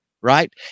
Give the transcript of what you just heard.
right